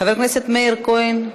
חבר הכנסת מאיר כהן,